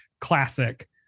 classic